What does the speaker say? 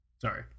Sorry